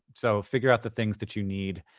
so, figure out the things that you need,